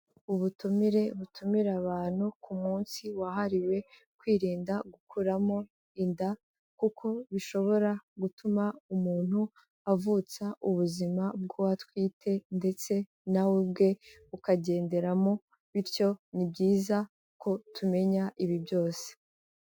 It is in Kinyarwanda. Ubutumire butumira abantu ku munsi wahariwe kwirinda gukuramo inda kuko bishobora gutuma umuntu avutsa ubuzima bw'uwo atwite ndetse nawe ubwe bukagenderamo bityo ni byiza ko tumenya ibi byose.